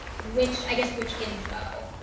which i guess which info.